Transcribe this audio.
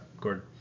Gordon